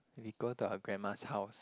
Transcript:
we go to her grandma's house